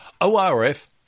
ORF